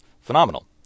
phenomenal